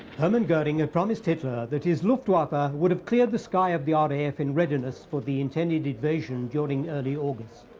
hermann goring had promised hitler that his luftwaffe ah would have cleared the sky of the ah raf in regiments for the intended invasion during early august.